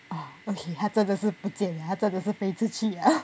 oh okay 它真的是不见了它真的是飞出去了